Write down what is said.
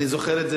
אני זוכר את זה.